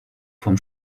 vom